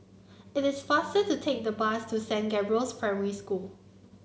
it is faster to take the bus to Saint Gabriel's Primary School